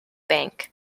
bank